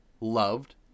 loved